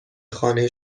خانه